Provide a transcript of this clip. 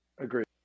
Agreed